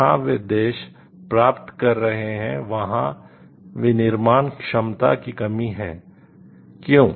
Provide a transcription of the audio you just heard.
जहां वे देश प्राप्त कर रहे हैं वहां विनिर्माण क्षमता की कमी है क्यों